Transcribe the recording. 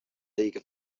league